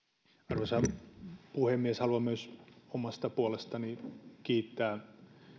arvoisa puhemies haluan myös omasta puolestani kiittää